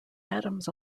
adams